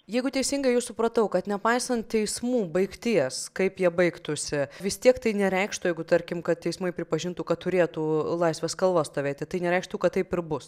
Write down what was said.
jeigu teisingai jus supratau kad nepaisant teismų baigties kaip jie baigtųsi vis tiek tai nereikštų jeigu tarkim kad teismai pripažintų kad turėtų laisvės kalva stovėti tai nereikštų kad taip ir bus